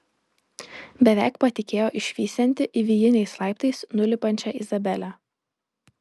beveik patikėjo išvysianti įvijiniais laiptais nulipančią izabelę